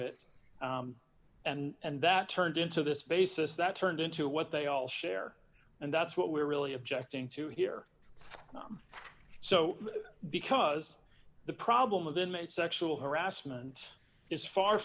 it and that turned into this basis that turned into what they all share and that's what we're really objecting to here so because the problem of the inmate sexual harassment is far